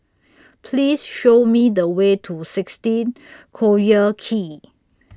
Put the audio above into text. Please Show Me The Way to sixteen Collyer Quay